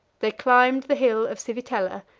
they climbed the hill of civitella,